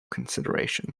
consideration